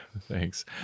Thanks